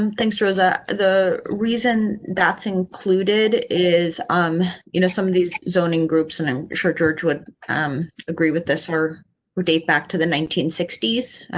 um thanks rosa. the reason that's included is um you know some of these zoning groups and i'm sure george would um agree with this or date back to the nineteen sixties.